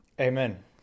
Amen